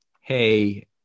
Hey